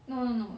no no no